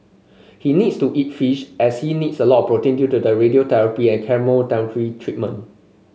he needs to eat fish as he needs a lot protein due to the radiotherapy and chemotherapy treatment